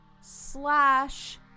Slash